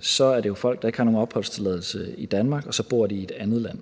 så er det jo folk, der ikke har nogen opholdstilladelse i Danmark, og som bor i et andet land.